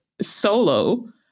solo